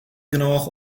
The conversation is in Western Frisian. genôch